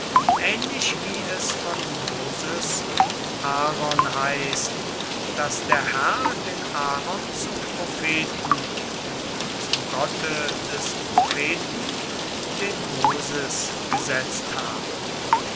ähnlich wie es von moses und aaron heißt daß der herr den aaron zum propheten und zum gotte des propheten den moses gesetzt habe